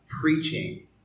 preaching